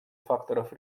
факторов